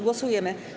Głosujemy.